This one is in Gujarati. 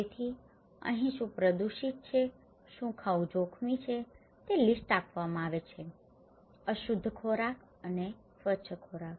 તેથી અહીં શું પ્રદૂષિત છે શું ખાવું જોખમી છે તે લીસ્ટ આપવામાં આવે છે અશુદ્ધ ખોરાક અને સ્વચ્છ ખોરાક